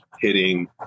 Hitting